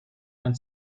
and